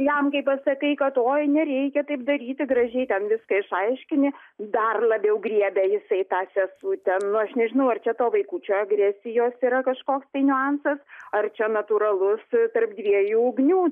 jam kai pasakai kad oi nereikia taip daryti gražiai ten viską išaiškini dar labiau griebia jisai tą sesutę nu aš nežinau ar čia to vaikučio agresijos yra kažkoks tai niuansas ar čia natūralus tarp dviejų ugnių